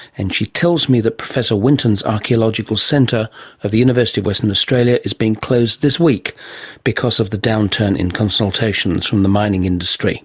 and she tells me that professor winton's archaeological centre of the university of western australia is being closed this week because of the downturn in consultations from the mining industry